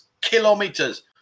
Kilometers